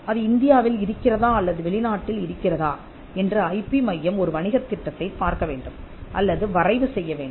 அது இந்தியாவில் இருக்கிறதா அல்லது வெளிநாட்டில் இருக்கிறதா என்று ஐ பி மையம் ஒரு வணிகத் திட்டத்தைப் பார்க்கவேண்டும் அல்லது வரைவு செய்ய வேண்டும்